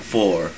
Four